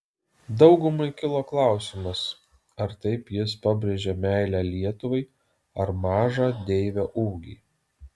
daugumai kilo klausimas ar taip jis pabrėžė meilę lietuvai ar mažą deivio ūgį